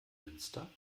münster